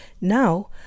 Now